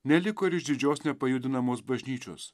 neliko ir išdidžios nepajudinamos bažnyčios